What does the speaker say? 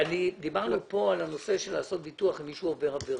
דיברנו כאן על הנושא של ביטוח למי שעובר עבירה,